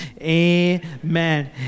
amen